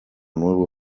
nuevo